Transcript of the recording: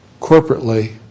corporately